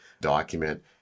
document